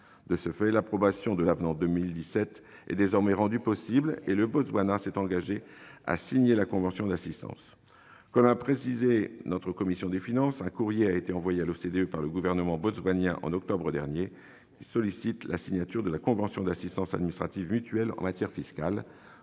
De ce fait, l'approbation de l'avenant de 2017 est désormais rendue possible, et le Botswana s'est engagé à signer la convention d'assistance administrative. Comme l'a dit M. le rapporteur, un courrier a été envoyé à l'OCDE par le gouvernement botswanien en octobre dernier, sollicitant la signature de la convention d'assistance administrative mutuelle en matière fiscale.